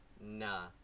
nah